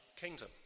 Kingdom